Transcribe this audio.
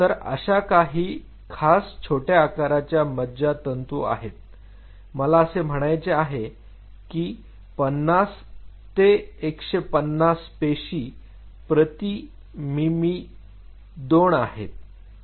तर अशा काही खास छोट्या आकाराच्या मज्जातंतू आहेत मला असे म्हणायचे आहे की 50 ते 150 पेशी प्रती मीमी2 आहेत